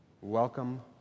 Welcome